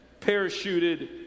parachuted